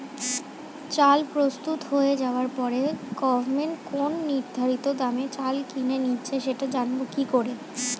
চাল প্রস্তুত হয়ে যাবার পরে গভমেন্ট কোন নির্ধারিত দামে চাল কিনে নিচ্ছে সেটা জানবো কি করে?